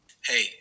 Hey